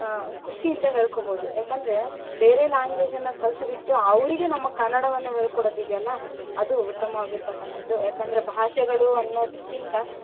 ಖುಷಿಯಿಂದ ಹೇಳ್ಕೊಬೋದು ಯಾಕಂದರೆ ಬೇರೆ ಲ್ಯಾಂಗ್ವೇಜನ್ನ ಕಲ್ತ್ಬಿಟ್ಟು ಅವರಿಗೆ ನಮ್ಮ ಕನ್ನಡವನ್ನ ಹೇಳ್ಕೊಡೋದು ಇದ್ಯಲ್ಲ ಅದು ಉತ್ತಮವಾಗಿರ್ತಕ್ಕಂಥದ್ದು ಯಾಕೆಂದರೆ ಭಾಷೆಗಳು ಅನ್ನೋದ್ಕಿಂತ